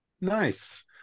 Nice